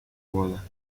boda